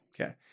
Okay